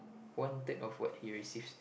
one third of what he receives